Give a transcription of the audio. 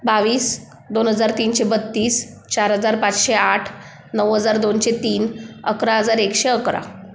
बावीस दोन हजार तीनशे बत्तीस चार हजार पाचशे आठ नऊ हजार दोनशे तीन अकरा हजार एकशे अकरा